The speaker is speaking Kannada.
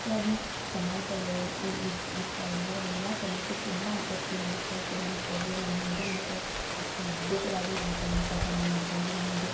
ಇತ್ಯಾದಿ ಸಮಾಸಗಳು ಇರ್ತಾಯಿದ್ವು ಅದನ್ನೆಲ್ಲ ಕಲಿಯೋಕೆ ತುಂಬ ಆಸಕ್ತಿ ಮೂಡಿಸ್ತಾಯಿತ್ತು ನಮ್ಮ ಸರು ನಮ್ಮ ಮೇಡಮು ಕೂಡ ಅಷ್ಟು ಅದ್ಭುತವಾಗಿ ವ್ಯಾಕರಣ ಪಠಣ ಮಾಡ್ತಾಯಿದ್ರು ನಮಗೆ